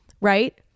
right